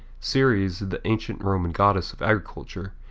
ceres, the ancient roman goddess of agriculture,